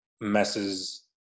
messes